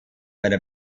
einer